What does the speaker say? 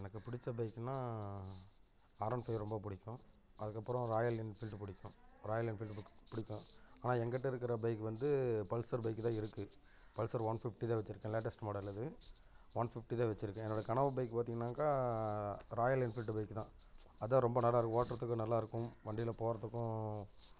எனக்கு பிடிச்ச பைக்குன்னா ஆர் ஒன் ஃபைவ் ரொம்ப பிடிக்கும் அதுக்கப்புறம் ராயல் என்ஃபீல்டு புடிக்கும் ராயல் என்ஃபீல்டு பிடிக்கும் ஆனால் என்கிட்ட இருக்கிற பைக் வந்து பல்சர் பைக் தான் இருக்குது பல்சர் ஒன் ஃபிஃப்டி தான் வச்சிருக்கேன் லேட்டஸ்ட் மாடல் அது ஒன் ஃபிஃப்டி தான் வச்சிருக்கேன் என்னோட கனவு பைக் பார்த்திங்கன்னாக்கா ராயல் என்ஃபீல்டு பைக் தான் அதான் ரொம்ப நல்லா ஓட்டுறத்துக்கும் நல்லாயிருக்கும் வண்டியில் போகிறத்துக்கும்